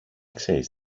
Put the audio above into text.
ξέρεις